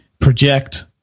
project